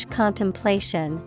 contemplation